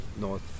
north